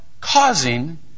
causing